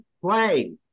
play